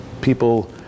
people